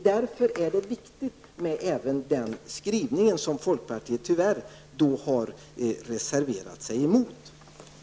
Därför är den skrivningen, som folkpartiet tyvärr har reserverat sig emot, viktig.